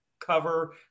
cover